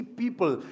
people